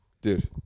Dude